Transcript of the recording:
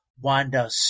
Wanda